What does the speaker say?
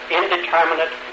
indeterminate